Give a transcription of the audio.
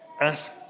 Ask